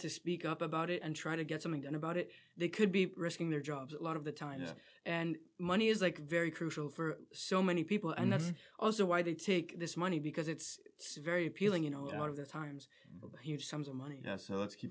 to speak up about it and try to get something done about it they could be risking their jobs a lot of the time and money is like very crucial for so many people and that's also why they take this money because it's very appealing you know out of the times huge sums of money to k